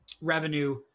revenue